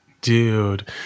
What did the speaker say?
dude